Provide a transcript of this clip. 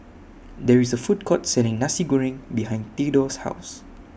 There IS A Food Court Selling Nasi Goreng behind Theodore's House